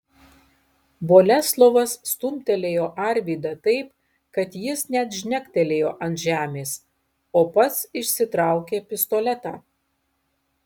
boleslovas stumtelėjo arvydą taip kad jis net žnektelėjo ant žemės o pats išsitraukė pistoletą